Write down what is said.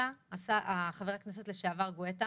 חבר הכנסת לשעבר גואטה